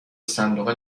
صندوق